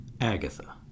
Agatha